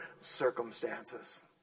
circumstances